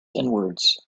inwards